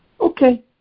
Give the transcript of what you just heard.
Okay